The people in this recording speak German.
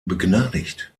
begnadigt